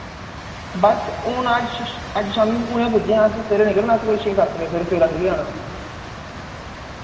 बस हुन अज्ज शा अज्ज शाम्मी हुनै पुज्जे आं अस सवेरै निकलना अस कोई सवेरै सत्त बजे सवेरै सवेरै निकली जाना